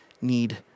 need